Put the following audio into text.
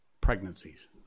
pregnancies